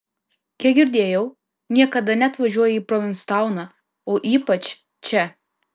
kiek girdėjau niekada neatvažiuoji į provinstauną o ypač čia